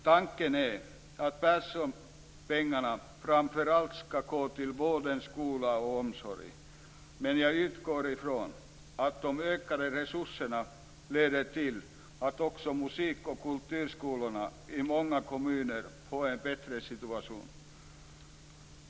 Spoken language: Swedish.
Tanken är att Perssonpengarna framför allt skall gå till vården, skolan och omsorgen. Men jag utgår ifrån att de ökade resurserna leder till att också musik och kulturskolorna i många kommuner får en bättre situation.